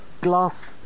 glass